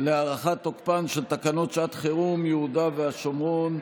להארכת תוקפן של תקנות שעת חירום (יהודה והשומרון,